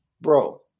bro